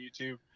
youtube